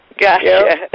Gotcha